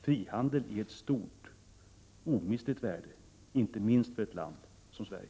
Frihandel är ett stort, omistligt värde, inte minst för ett land som Sverige.